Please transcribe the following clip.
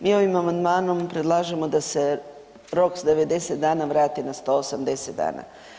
Mi ovim amandmanom predlažemo da se rok s 90 dana vrati na 180 dana.